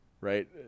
right